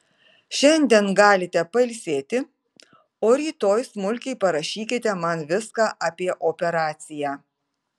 šiandien galite pailsėti o rytoj smulkiai parašykite man viską apie operaciją